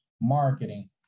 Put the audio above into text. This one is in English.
marketing